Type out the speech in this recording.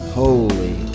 holy